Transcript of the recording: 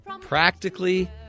Practically